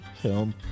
film